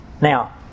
Now